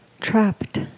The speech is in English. trapped